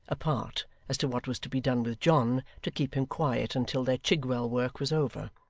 apart, as to what was to be done with john, to keep him quiet until their chigwell work was over.